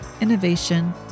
innovation